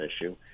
issue